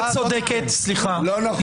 יכול.